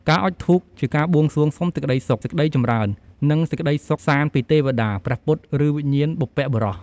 ការអុជធូបជាការបួងសួងសុំសេចក្តីសុខ សេចក្តីចម្រើន និងសេចក្តីសុខសាន្តពីទេវតា ព្រះពុទ្ធ ឬវិញ្ញាណបុព្វបុរស។